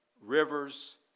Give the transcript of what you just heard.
rivers